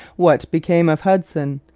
what became of hudson?